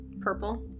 purple